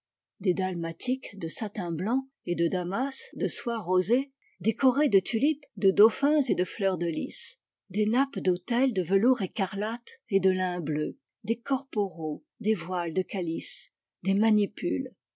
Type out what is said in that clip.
des dalmatiques de satin blanc et de damas de soie rosée décorées de tulipes de dauphins et de lleurs de lis des nappes d'autel de velours écarlate et de lin bleu des corporaux des voiles de calice des manipules